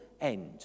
end